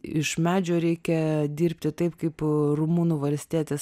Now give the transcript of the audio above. iš medžio reikia dirbti taip kaip rumunų valstietis